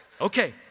Okay